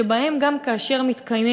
שבהם גם כאשר מתקיימת